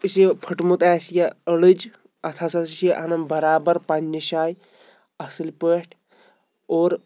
یُس یہِ پھُٹمُت آسہِ یہ أڑج اَتھ ہَسا چھُ اَنان بَرابر پَنٛنہِ جایہ اَصٕل پٲٹھۍ اور